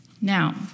Now